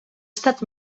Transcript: estat